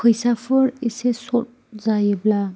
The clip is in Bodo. फैसाफोर एसे शर्ट जायोब्ला